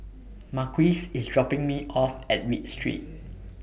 Marquise IS dropping Me off At Read Street